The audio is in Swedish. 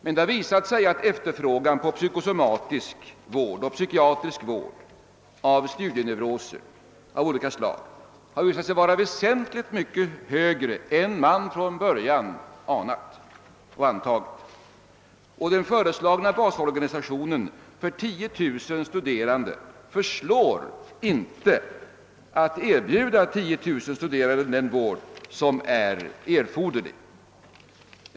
Men det har visat sig att efterfrågan på psykosomatisk och psykiatrisk vård av studieneuroser av olika slag är väsentligt större än man från början antog. Den föreslagna basorganisationen för 10 000 studerande förslår inte att ge dessa den vård som är erforderlig.